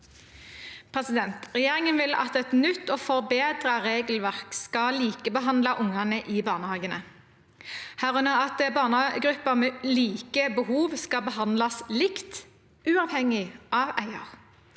barnehager. Regjeringen vil at et nytt og forbedret regelverk skal likebehandle ungene i barnehagene, herunder at barnegrupper med like behov skal behandles likt uavhengig av eier.